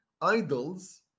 idols